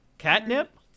catnip